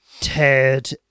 Ted